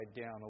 down